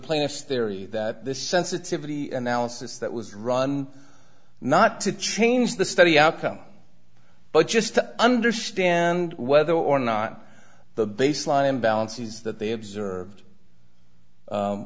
plaintiffs theory that this sensitivity analysis that was run not to change the study outcome but just to understand whether or not the baseline imbalances that they observed